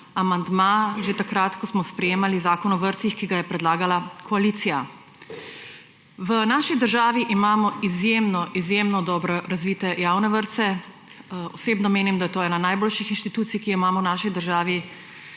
amandma že takrat, ko smo sprejemali Zakon o vrtcih, ki ga je predlagala koalicija. V naši državi imamo izjemno, izjemno dobro razvite javne vrtce. Osebno menim, da je to ena najboljših institucij, ki jo imamo v naši državi.